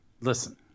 listen